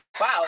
wow